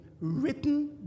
written